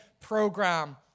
program